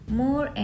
more